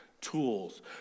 tools